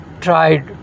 tried